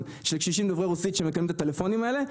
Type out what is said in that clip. של קשישים דוברי רוסית שמקבלים את הטלפונים האלה.